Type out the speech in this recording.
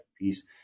piece